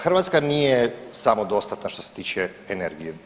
Hrvatska nije samodostatna što se tiče energije.